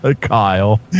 Kyle